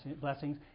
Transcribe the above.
blessings